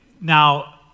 Now